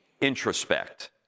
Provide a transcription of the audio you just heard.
introspect